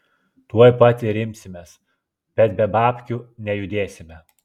tuoj pat ir imsimės bet be babkių nejudėsime